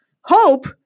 hope